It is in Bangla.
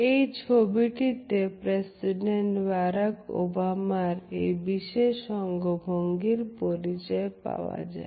এই ছবিটিতে প্রেসিডেন্ট বারাক ওবামার এই বিশেষ অঙ্গভঙ্গির পরিচয় পাওয়া যায়